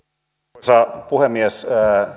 arvoisa puhemies